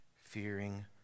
Fearing